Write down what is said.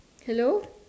hello